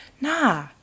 nah